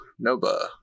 Noba